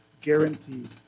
guaranteed